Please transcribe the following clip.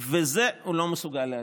ואת זה הוא לא מסוגל להגיד.